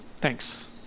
Thanks